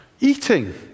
Eating